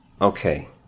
Okay